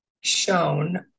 shown